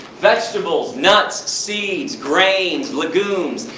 vegetables, nuts, seeds, grains, legumes.